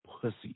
pussy